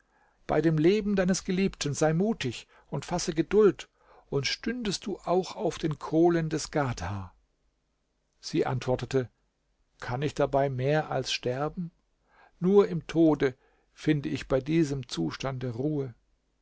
bei dem leben deines geliebten sei mutig und fasse geduld und stündest du auch auf den kohlen des ghadha sie antwortete kann ich dabei mehr als sterben nur im tode finde ich bei diesem zustand ruhe